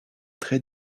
très